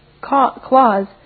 clause